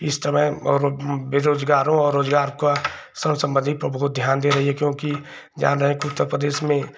इस समय बेरोजगारों और रोजगार का सर सम्बन्धी पर बहुत ध्यान दे रही है क्योंकि जान रहे हैं कि उत्तर प्रदेश में